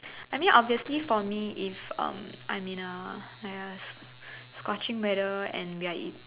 I mean obviously for me if um I'm in a I guess scorching weather and we are eat